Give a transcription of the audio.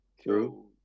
True